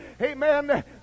Amen